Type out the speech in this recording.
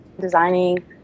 designing